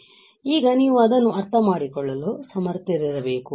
ಆದ್ದರಿಂದ ಈಗ ನೀವು ಅದನ್ನು ಅರ್ಥ ಮಾಡಿಕೊಳ್ಳಲು ಸಮರ್ಥರಿರಬೇಕು